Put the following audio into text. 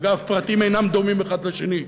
אגב פרטים אינם דומים אחד לשני,